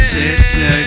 sister